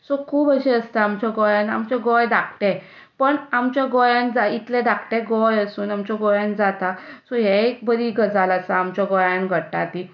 so खूब अशें आसता आमच्या गोंयांत आमचें गोंय धाकटें पूण आमचें गोंयांत इतलें धाकटें गोंय आसून आमच्या गोंयांत जाता हें एक बरी गजाल आसा आमच्या गोंयांत घडटा ती